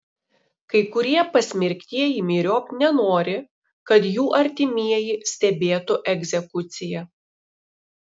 kai kurie pasmerktieji myriop nenori kad jų artimieji stebėtų egzekuciją